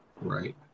Right